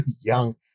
young